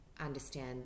understand